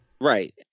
Right